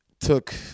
Took